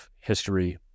history